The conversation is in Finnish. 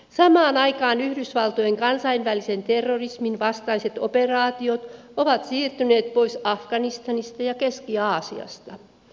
samaan aikaan yhdysvaltojen kansainvälisen terrorismin vastaiset operaatiot ovat siirtyneet pois afganistanista ja keski aasiasta